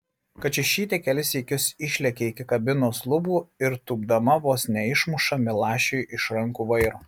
kačiušytė kelis sykius išlekia iki kabinos lubų ir tūpdama vos neišmuša milašiui iš rankų vairo